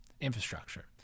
Infrastructure